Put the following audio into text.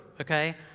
okay